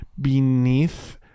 beneath